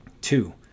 Two